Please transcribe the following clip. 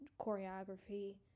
choreography